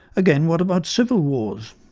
again, what about civil wars?